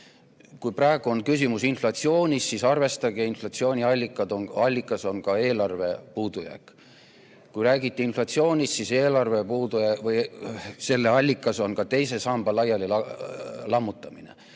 praegu on küsimus inflatsioonis, siis arvestage, et inflatsiooni allikas on ka eelarve puudujääk. Kui räägite inflatsioonist, siis selle allikas on ka teise samba laiali lammutamine.